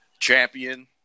champion